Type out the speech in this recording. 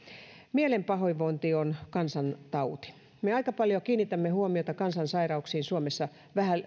mielen pahoinvointi on kansantauti me aika paljon kiinnitämme huomiota kansansairauksiin suomessa